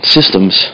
Systems